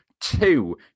two